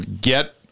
get